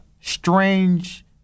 strange